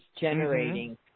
generating